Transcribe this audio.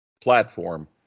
platform